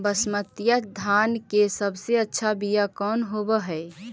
बसमतिया धान के सबसे अच्छा बीया कौन हौब हैं?